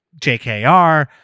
JKR